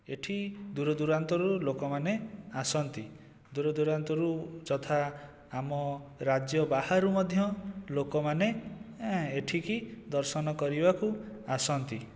ଏଠି ଦୂରଦୂରାନ୍ତରୁ ଲୋକମାନେ ଆସନ୍ତି ଦୂରଦୂରାନ୍ତରୁ ଯଥା ଆମ ରାଜ୍ୟ ବାହାରୁ ମଧ୍ୟ ଲୋକମାନେ ଏଠିକି ଦର୍ଶନ କରିବାକୁ ଆସନ୍ତି